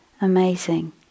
amazing